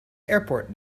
airport